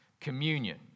communion